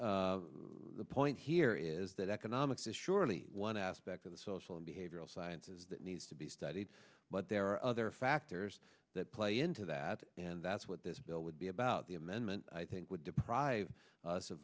and the point here is that economics is surely one aspect of the social and behavioral sciences that needs to be studied but there are other there's that play into that and that's what this bill would be about the amendment i think would deprive us of